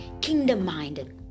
Kingdom-minded